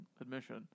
admission